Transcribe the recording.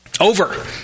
over